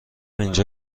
اینجا